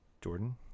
Jordan